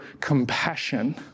compassion